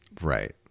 Right